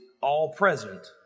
all-present